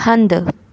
हंधु